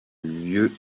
lieu